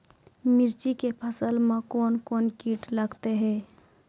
मिर्ची के फसल मे कौन कौन कीट लगते हैं?